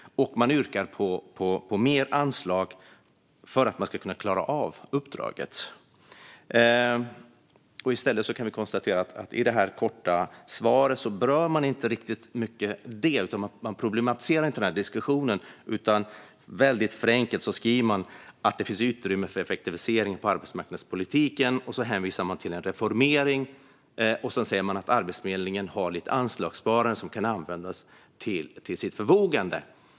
Man yrkar på större anslag för att man ska kunna klara av uppdraget. Vi kan dock konstatera att statsrådet i sitt korta svar inte berörde detta. Denna diskussion problematiserades inte, utan statsrådet uttryckte - väldigt förenklat - att det finns utrymme för effektivisering inom arbetsmarknadspolitiken och hänvisade till en reformering. Han sa också att Arbetsförmedlingen har ett anslagssparande som kan användas.